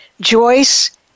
Joyce